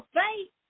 faith